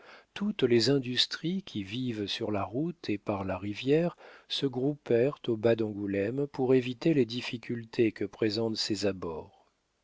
toutes les industries qui vivent par la route et par la rivière se groupèrent au bas d'angoulême pour éviter les difficultés que présentent ses abords